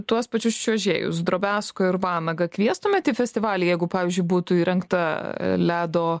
tuos pačius čiuožėjus drobesko ir vanagą kviestumėt į festivalį jeigu pavyzdžiui būtų įrengta ledo